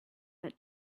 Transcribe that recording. that